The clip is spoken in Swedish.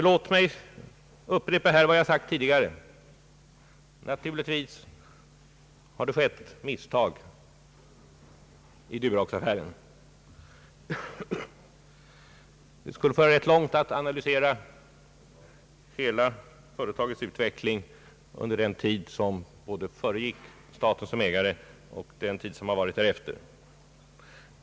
Låt mig upprepa vad jag tidigare sagt: Naturligtvis har det skett misstag i Duroxaffären. Det skulle föra rätt långt att analysera hela företagets utveckling både under tiden innan staten blev ägare och under den tid som varit därefter.